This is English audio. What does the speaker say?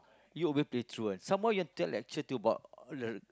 you alway play truant some more you have to lecture about